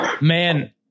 man